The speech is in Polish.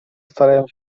starają